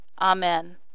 Amen